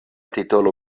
titolo